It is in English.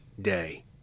day